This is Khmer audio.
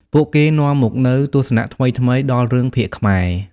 ពួកគេនាំមកនូវទស្សនៈថ្មីៗដល់រឿងភាគខ្មែរ។